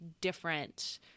different